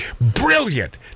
Brilliant